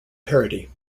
parity